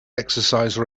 exercise